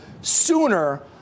sooner